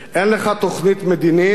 אין לך תוכנית מדינית,